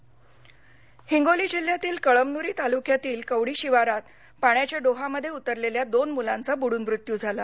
हिंगोली हिंगोली जिल्ह्यातील कळमनुरी तालुक्यातील कवडी शिवारात पाण्याच्या डोहामध्ये उतरलेल्या दोन मुलांचा बुड्रन मृत्यू झाला